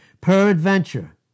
Peradventure